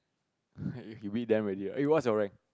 you meet them already ah what is your rank